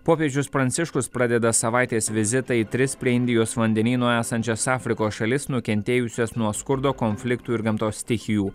popiežius pranciškus pradeda savaitės vizitą į tris prie indijos vandenyno esančias afrikos šalis nukentėjusias nuo skurdo konfliktų ir gamtos stichijų